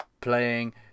playing